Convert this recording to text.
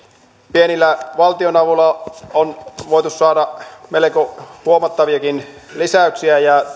pienillä valtionavuilla on voitu saada melko huomattaviakin lisäyksiä ja